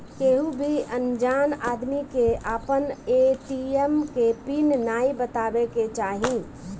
केहू भी अनजान आदमी के आपन ए.टी.एम के पिन नाइ बतावे के चाही